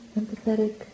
empathetic